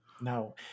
No